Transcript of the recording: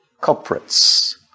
culprits